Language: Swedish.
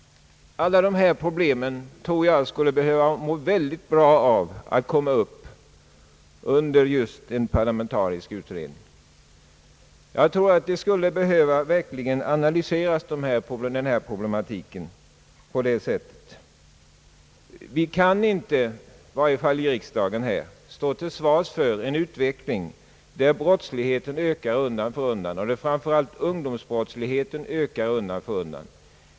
Alla dessa problem tror jag skulle må mycket bra av att komma upp i en parlamentarisk utredning. Jag tror att denna problematik skulle behöva analyseras på det sättet. Vi kan i varje fall inte här i riksdagen stå till svars för en utveckling där brottsligheten, framför allt ungdomsbrottsligheten, ökar undan för undan.